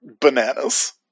bananas